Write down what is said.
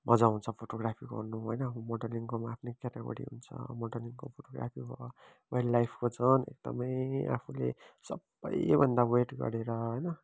मजा आउँछ फोटोग्राफी गर्नुमा होइन अब मोडलिङकोमा आफ्नै कयाटगोरी हुन्छ मोडलिङको आफै भयो वाइल्डलाइफको झन् एकदमै आफुले सबैभन्दा वेट गरेर होइन